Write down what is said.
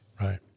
Right